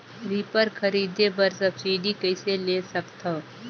Reaper खरीदे बर subsidy कइसे ले सकथव?